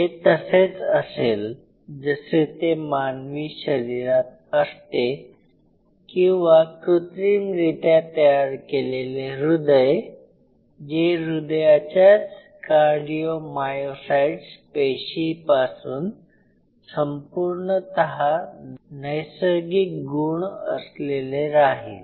ते तसेच असेल जसे ते मानवी शरीरात असते किंवा कृत्रिमरित्या तयार केलेले हृदय जे हृदयाच्याच कार्डिओ मायोसाइट्स पेशींपासून संपूर्णत नैसर्गिक गुण असलेले राहील